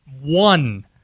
one